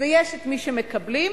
ויש מי שמקבלים,